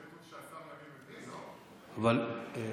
לא?